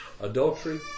adultery